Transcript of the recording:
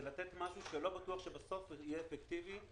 זה לתת משהו שלא בטוח שבסוף יהיה אפקטיבי.